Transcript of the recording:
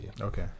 Okay